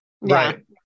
Right